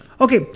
okay